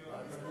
אין ציפיות.